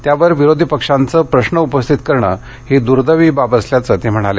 त्यावर विरोधी पक्षांचं प्रश्न उपस्थित करणं ही दुर्देवी बाब असल्याचं ते म्हणाले